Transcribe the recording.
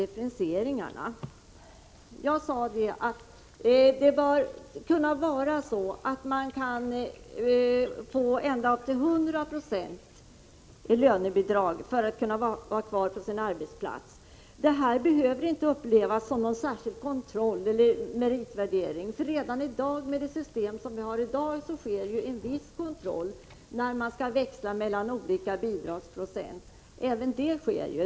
Beträffande differentieringarna sade jag tidigare att det bör vara så att man kan få ända upp till 100 96 i lönebidrag för att den handikappade skall kunna vara kvar på sin arbetsplats. Detta behöver inte upplevas som någon särskild kontroll eller meritvärdering, eftersom det redan i dag, med det system vi nu har, sker en viss kontroll när man skall växla mellan olika bidragsprocent.